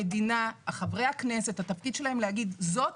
התפקיד של חברי הכנסת הוא להגיד זאת